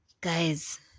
Guys